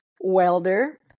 welder